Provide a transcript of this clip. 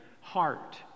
heart